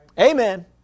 Amen